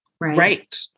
right